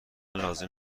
لازم